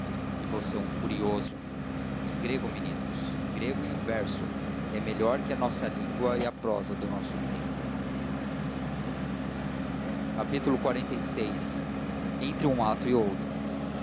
e você é um furioso em grego meninos em grego e em verso que é melhor que a nossa língua e a prosa do nosso tempo xlvi entre um ato e outro